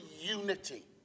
unity